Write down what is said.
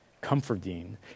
Comforting